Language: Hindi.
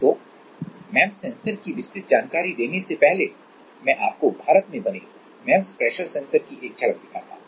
तो एमईएमएस सेंसर की विस्तृत जानकारी देने से पहले मैं आपको भारत में बने एमईएमएस प्रेशर सेंसर की एक झलक दिखाता हूं